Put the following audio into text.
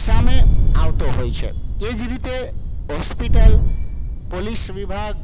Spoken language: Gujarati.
સામે આવતો હોય છે તે જ રીતે હોસ્પિટલ પોલીસ વિભાગ